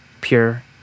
pure